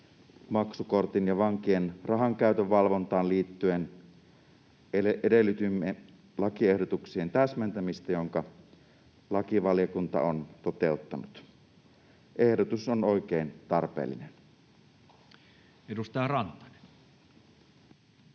maksukortin ja vankien rahankäytön valvontaan liittyen. Edellytimme lakiehdotuksien täsmentämistä, jonka lakivaliokunta on toteuttanut. Ehdotus on oikein tarpeellinen. [Speech